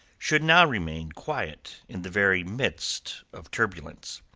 should now remain quiet in the very midst of turbulence.